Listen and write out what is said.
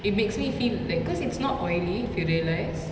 it makes me feel like cause it's not oily if you realise